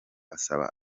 asaba